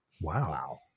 Wow